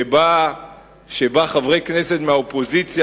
שבה חברי כנסת מהאופוזיציה,